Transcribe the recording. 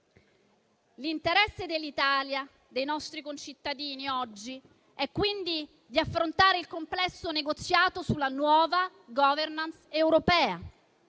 L'interesse dell'Italia e dei nostri concittadini oggi è quello di affrontare il complesso negoziato sulla nuova *governance* europea,